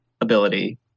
ability